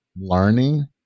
learning